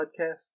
podcast